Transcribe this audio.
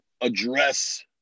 address